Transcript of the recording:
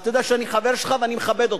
ואתה יודע שאני חבר שלך ואני מכבד אותך.